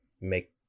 make